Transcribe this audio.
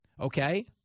Okay